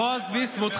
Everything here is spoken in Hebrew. בועז ביסמוט,